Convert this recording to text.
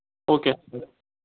okay sir